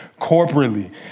corporately